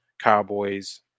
Cowboys